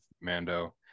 Mando